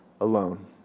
alone